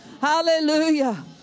Hallelujah